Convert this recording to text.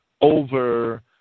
over